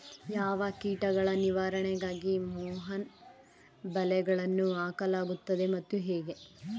ಯಾವ ಕೀಟಗಳ ನಿವಾರಣೆಗಾಗಿ ಮೋಹನ ಬಲೆಗಳನ್ನು ಹಾಕಲಾಗುತ್ತದೆ ಮತ್ತು ಹೇಗೆ?